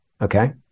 Okay